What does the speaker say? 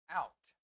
out